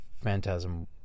Phantasm